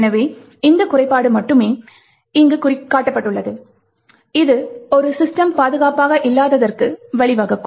எனவே இந்த குறைபாடு மட்டுமே இங்கு காட்டப்பட்டுள்ளது இது ஒரு சிஸ்டம் பாதுகாப்பாக இல்லாததற்கு வழிவகுக்கும்